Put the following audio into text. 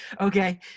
Okay